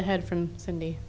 the head from any